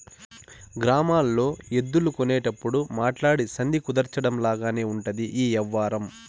గ్రామాల్లో ఎద్దులు కొనేటప్పుడు మాట్లాడి సంధి కుదర్చడం లాగానే ఉంటది ఈ యవ్వారం